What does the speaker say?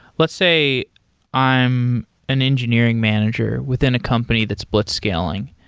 let's say i am an engineering manager within a company that's blitzscaling,